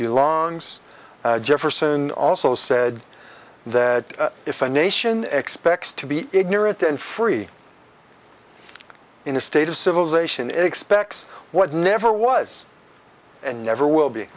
belongs jefferson also said that if a nation expects to be ignorant and free in a state of civilization expects what never was and never will be